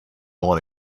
want